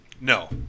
No